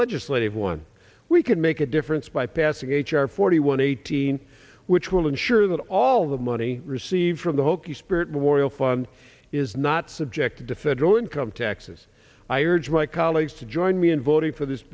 legislative one we can make a difference by passing h r forty one eighteen which will ensure that all the money received from the hokie spirit warrior fund is not subject to federal income taxes i urge my colleagues to join me in voting for this